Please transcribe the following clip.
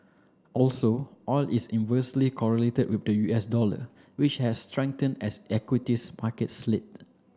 also oil is inversely correlated with the U S dollar which has strengthened as equities markets slid